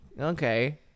Okay